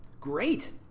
Great